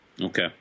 okay